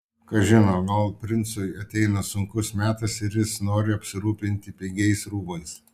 kas žino gal princui ateina sunkus metas ir jis nori apsirūpinti pigiais rūbais